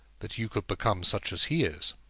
that you could become such as he is.